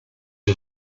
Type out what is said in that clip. are